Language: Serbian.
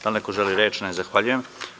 Da li neko želi reč? (Ne) Zahvaljujem.